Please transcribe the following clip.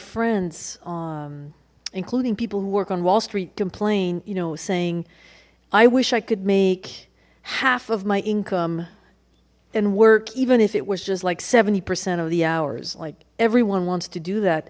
friends including people who work on wall street complain you know saying i wish i could make half of my income and work even if it was just like seventy percent of the hours like everyone wants to do that